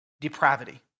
depravity